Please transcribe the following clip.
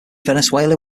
venezuela